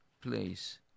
place